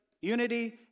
unity